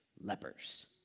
lepers